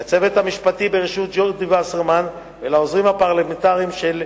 לצוות המשפטי בראשות ג'ודי וסרמן ולעוזרים הפרלמנטריים שלי,